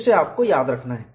जिसे आपको याद रखना है